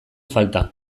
falta